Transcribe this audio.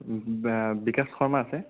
বিকাশ শৰ্মা আছে